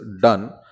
done